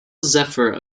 zephyr